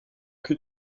cul